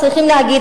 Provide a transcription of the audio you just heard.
צריכים להגיד,